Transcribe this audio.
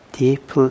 deep